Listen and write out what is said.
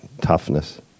toughness